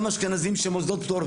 גם אשכנזים שהם מוסדות פטור,